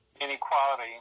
inequality